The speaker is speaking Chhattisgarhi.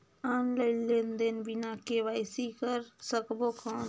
ऑनलाइन लेनदेन बिना के.वाई.सी कर सकबो कौन??